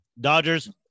Dodgers